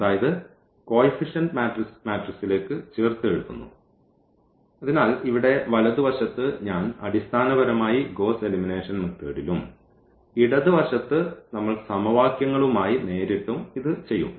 അതായത് കോയിഫിഷ്യന്റ് മാട്രിക്സിലേക്ക് ചേർത്ത് എഴുതുന്നു അതിനാൽ ഇവിടെ വലതുവശത്ത് ഞാൻ അടിസ്ഥാനപരമായി ഗ്വോസ്സ് എലിമിനേഷൻ മെത്തേഡ്യിലും ഇടത് വശത്ത് നമ്മൾ സമവാക്യങ്ങളുമായി നേരിട്ടും ഇത് ചെയ്യും